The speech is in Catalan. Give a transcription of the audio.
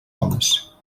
homes